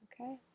Okay